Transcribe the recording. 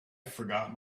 forgot